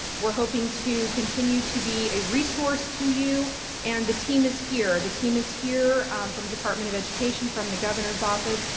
we're hoping to continue to be a resource to you and the team is here. the team is here from the department of education, from the governor's office.